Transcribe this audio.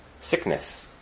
sickness